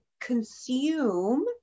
consume